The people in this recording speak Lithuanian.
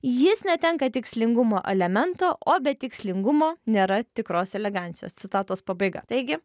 jis netenka tikslingumo elemento o be tikslingumo nėra tikros elegancijos citatos pabaiga taigi